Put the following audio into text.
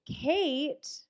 Kate